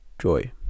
joy